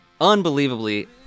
Unbelievably